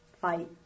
fight